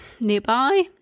nearby